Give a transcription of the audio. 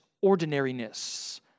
ordinariness